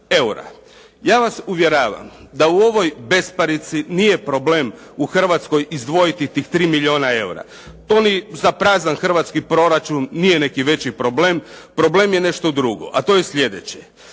eura. Ja vas uvjeravam da u ovoj besparici nije problem u Hrvatskoj izdvojiti tih 3 milijuna eura. To ni za prazan hrvatski proračun nije neki veći problem. Problem je nešto drugo, a to je sljedeće.